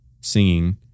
singing